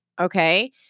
okay